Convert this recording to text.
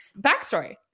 backstory